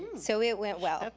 so it went well.